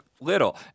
little